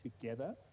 together